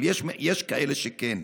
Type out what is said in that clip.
אבל יש כאלה שכן,